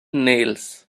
nails